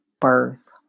birth